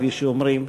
כפי שאומרים,